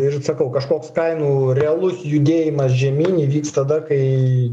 ir sakau kažkoks kainų realus judėjimas žemyn įvyks tada kai